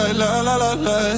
la-la-la-la